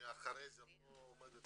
מאחרי זה לא עומדת